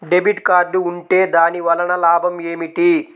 Debit card ఉంటే దాని వలన లాభం ఏమిటీ?